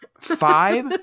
five